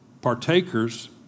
Partakers